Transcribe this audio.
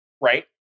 right